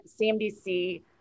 CMDC